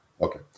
Okay